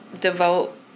devote